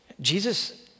Jesus